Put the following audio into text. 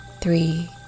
three